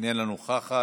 אינה נוכחת.